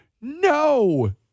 No